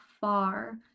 far